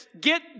get